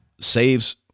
Saves